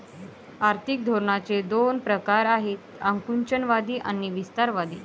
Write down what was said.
आर्थिक धोरणांचे दोन प्रकार आहेत आकुंचनवादी आणि विस्तारवादी